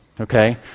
okay